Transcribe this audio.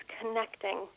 connecting